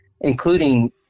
including